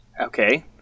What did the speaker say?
Okay